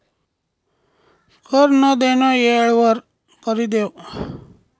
कर नं देनं येळवर करि देवं